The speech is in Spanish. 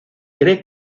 cree